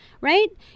Right